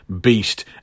beast